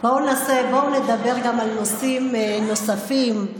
בואו נדבר גם על נושאים נוספים.